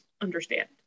understand